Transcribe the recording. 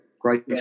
Great